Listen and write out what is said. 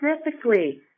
specifically